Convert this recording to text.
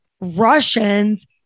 Russians